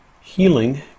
healing